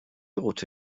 rote